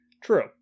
true